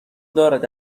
دارد